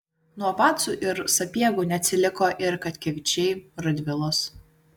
nuo pacų ir sapiegų neatsiliko ir katkevičiai radvilos